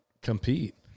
compete